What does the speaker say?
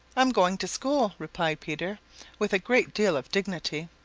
i'm going to school, replied peter with a great deal of dignity.